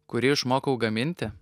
kurį išmokau gaminti